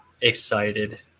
excited